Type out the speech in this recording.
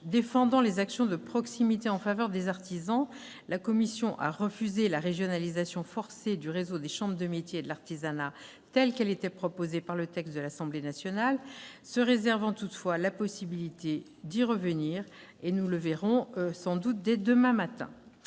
défendant les actions de proximité en faveur des artisans, la commission spéciale a refusé la régionalisation forcée du réseau des chambres de métiers et de l'artisanat telle qu'elle était proposée dans le texte adopté par l'Assemblée nationale, se réservant toutefois la possibilité d'y revenir- nous verrons cela sans doute dès demain matin.